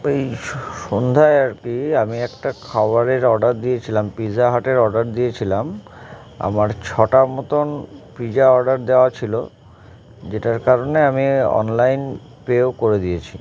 এই সন্ধ্যায় আর কি আমি একটা খাবারের অর্ডার দিয়েছিলাম পিজা হাটের অর্ডার দিয়েছিলাম আমার ছটা মতন পিজা অর্ডার দেওয়া ছিল যেটার কারণে আমি অনলাইন পেও করে দিয়েছি